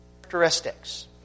characteristics